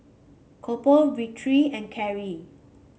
Coby Victory and Carie